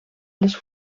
les